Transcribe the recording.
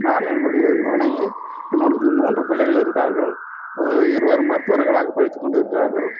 நான் என்னுடைய மனைவி என்னோடது மூன்று பிள்ளைகள் இருக்கிறார்கள் இருவர்கள் மருத்துவர்களாக படித்து கொண்டிருக்கிறார்கள்